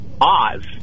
Oz